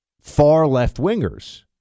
far-left-wingers